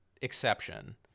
exception